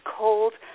cold